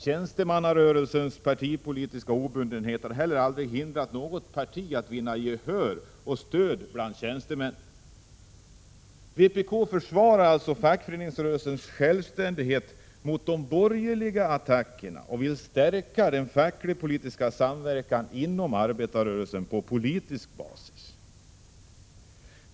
Tjänstemannarörelsens partipolitiska obundenhet har heller aldrig hindrat något parti att vinna stöd bland tjänstemännen. Vpk försvarar alltså fackföreningsrörelsens självständighet mot de borgerliga attackerna och vill stärka den fackligt-politiska samverkan inom arbetarrörelsen på politisk basis.